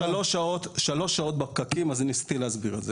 הייתי שלוש שעות בפקקים וחשבתי על זה.